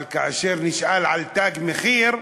אבל כאשר הוא נשאל על "תג מחיר",